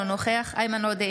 אינו נוכח איימן עודה,